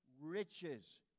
riches